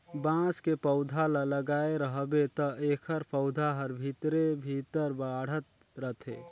बांस के पउधा ल लगाए रहबे त एखर पउधा हर भीतरे भीतर बढ़ात रथे